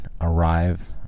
arrive